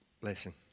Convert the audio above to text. blessing